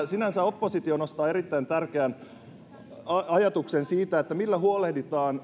sinänsä oppositio nostaa erittäin tärkeän ajatuksen siitä että millä huolehditaan